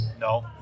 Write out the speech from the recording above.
No